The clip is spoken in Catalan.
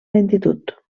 lentitud